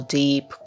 deep